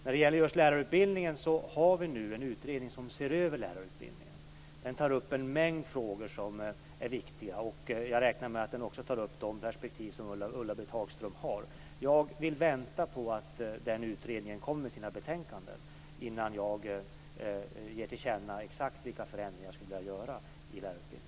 När det gäller just lärarutbildningen har vi nu en utredning som ser över denna. Den tar upp en mängd viktiga frågor, och jag räknar med att den också tar upp de perspektiv som Ulla-Britt Hagström är ute efter. Jag vill vänta tills denna utredning kommer med sina betänkanden innan jag ger till känna exakt vilka förändringar jag skulle vilja göra i lärarutbildningen.